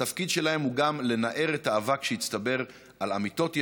התפקיד שלהם הוא גם לנער את האבק שהצטבר על אמיתות ישנות,